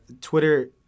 Twitter